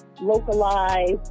localized